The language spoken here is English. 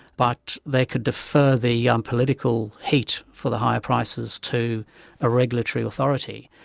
but they could defer the um political heat for the higher prices to a regulatory authority,